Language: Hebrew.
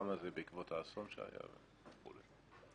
הזה בעקבות האסון שהתרחש בנחל צפית.